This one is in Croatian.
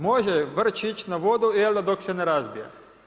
Može vrčić na vodu je li, dok se ne razbije.